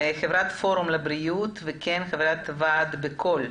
חברת פורום לבריאות וחברת ועד "בקול"